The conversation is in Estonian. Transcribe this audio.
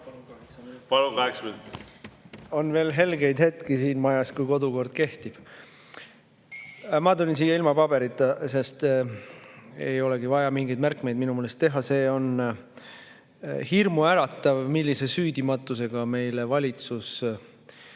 minutit! On veel helgeid hetki siin majas, kui kodukord kehtib. Ma tulin siia ilma paberita, sest ei olegi vaja mingeid märkmeid minu meelest teha. See on hirmuäratav, millise süüdimatusega valitsus